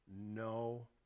no